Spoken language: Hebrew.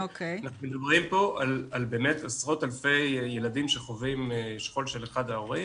אנחנו מדברים פה על עשרות אלפי ילדים שחווים שכול של אחד ההורים.